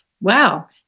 wow